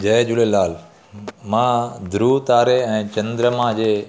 जय झूलेलाल मां ध्रुव तारे ऐं चंद्रमा जे